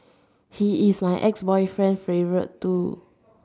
he is my ex-boyfriend favourite too